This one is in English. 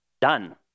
done